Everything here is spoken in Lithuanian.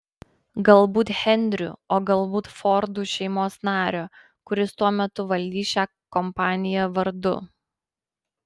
galbūt henriu o galbūt fordų šeimos nario kuris tuo metu valdys šią kompaniją vardu